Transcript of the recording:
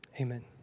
Amen